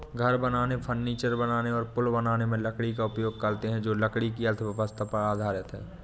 घर बनाने, फर्नीचर बनाने और पुल बनाने में लकड़ी का उपयोग करते हैं जो लकड़ी की अर्थव्यवस्था पर आधारित है